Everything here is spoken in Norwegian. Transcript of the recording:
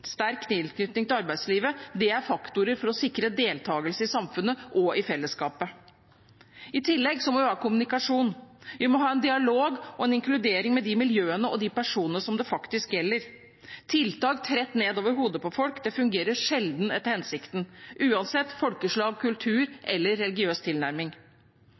sterk tilknytning til arbeidslivet er faktorer for å sikre deltakelse i samfunnet og i fellesskapet. I tillegg må vi ha kommunikasjon. Vi må ha en dialog med og en inkludering av de miljøene og de personene som det faktisk gjelder. Tiltak tredd ned over hodet på folk fungerer sjelden etter hensikten, uansett folkeslag, kultur eller religiøs tilnærming.